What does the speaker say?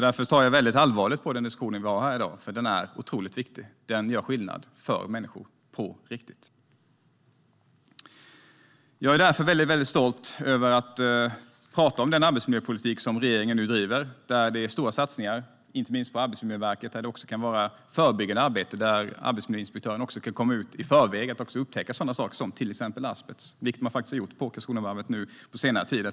Därför tar jag den diskussion som vi har här i dag på allvar. Den är otroligt viktig. Den gör skillnad för människor på riktigt. Jag är väldigt stolt över att tala om den arbetsmiljöpolitik som regeringen nu driver. Det är stora satsningar, inte minst på Arbetsmiljöverket. Där kan det också handla om förebyggande arbete. Arbetsmiljöinspektörerna kan komma ut och upptäcka sådana saker som asbest i förväg. Det har man faktiskt gjort på Karlskronavarvet på senare tid.